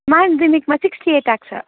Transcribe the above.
माध्यमिकमा sixty eight आएको छ